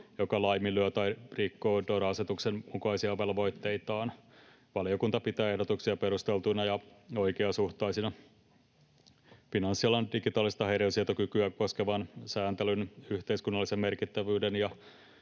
joka laiminlyö tai rikkoo DORA-asetuksen mukaisia velvoitteitaan. Valiokunta pitää ehdotuksia perusteltuina ja oikeasuhtaisina. Finanssialan digitaalista häiriönsietokykyä koskevan sääntelyn yhteiskunnallisen merkittävyyden ja